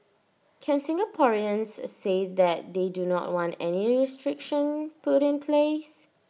can Singaporeans say that they do not want any restriction put in place